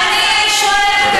בזמן שעלה כאן